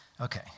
Okay